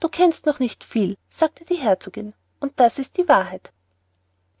du kennst noch nicht viel sagte die herzogin und das ist die wahrheit